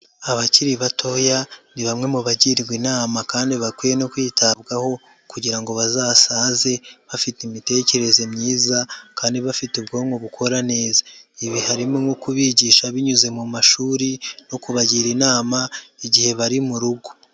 Abakiri batoya ni bamwe mu bagirwa inama kandi bakwiye no kwitabwaho kugira ngo bazasaze bafite imitekerereze myiza kandi bafite ubwonko bukora neza, ibi harimo nko kubigisha binyuze mu mashuri no kubagira inama igihe bari mu rugo.